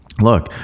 look